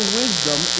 wisdom